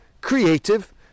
creative